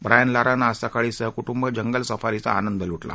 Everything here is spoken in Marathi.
ब्रायन लारानं आज सकाळी सहकुटुंब जंगल सफारीचा आनंद लुटला